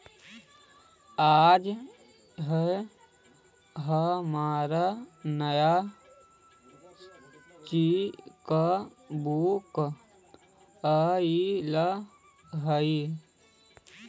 आज ही हमर नया चेकबुक आइल हई